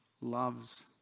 loves